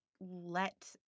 let